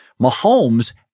Mahomes